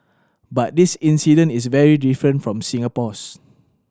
but this incident is very different from Singapore's